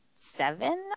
seven